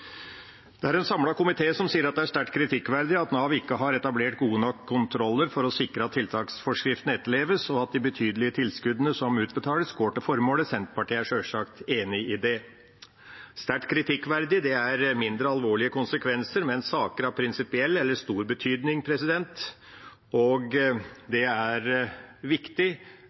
Det er en samlet komité som sier at det er «sterkt kritikkverdig at Nav ikke har etablert gode nok kontroller for å sikre at tiltaksforskriften etterleves, og at de betydelige tilskuddene som utbetales, går til formålet.» Senterpartiet er sjølsagt enig i det. «Sterkt kritikkverdig» er ved forhold som har mindre alvorlige konsekvenser, men som gjelder saker av prinsipiell eller stor betydning. Det er viktige påpekninger, og det er viktig